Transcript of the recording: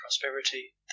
prosperity